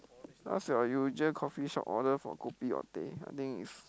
what's your usual coffee shop order for kopi or teh I think is